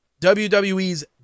WWE's